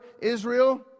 Israel